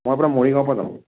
মই আপোনাৰ মৰিগাঁৱৰ পৰা যাম